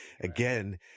again